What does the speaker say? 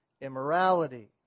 immorality